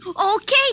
Okay